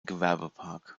gewerbepark